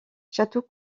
château